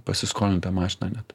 pasiskolintą mašiną net